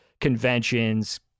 conventions